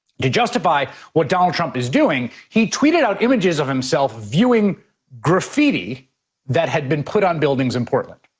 to justify what donald trump is doing. he tweeted out images of himself viewing graffiti that had been put on buildings in portland.